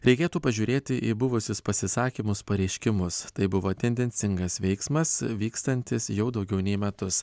reikėtų pažiūrėti į buvusius pasisakymus pareiškimus tai buvo tendencingas veiksmas vykstantis jau daugiau nei metus